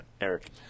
Eric